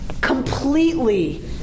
completely